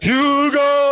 Hugo